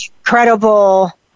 incredible